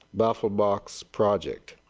bar will box project.